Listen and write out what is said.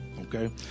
okay